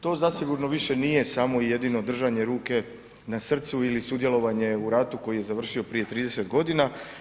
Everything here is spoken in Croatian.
To zasigurno više nije samo jedino držanje ruke na srcu ili sudjelovanje u ratu koji je završio prije 30 godina.